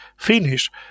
Finish